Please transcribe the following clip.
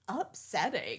upsetting